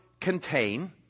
contain